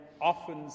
often